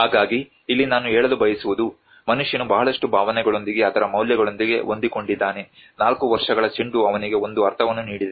ಹಾಗಾಗಿ ಇಲ್ಲಿ ನಾನು ಹೇಳಲು ಬಯಸುವುದು ಮನುಷ್ಯನು ಬಹಳಷ್ಟು ಭಾವನೆಗಳೊಂದಿಗೆ ಅದರ ಮೌಲ್ಯಗಳೊಂದಿಗೆ ಹೊಂದಿಕೊಂಡಿದ್ದಾನೆ 4 ವರ್ಷಗಳ ಚೆಂಡು ಅವನಿಗೆ ಒಂದು ಅರ್ಥವನ್ನು ನೀಡಿದೆ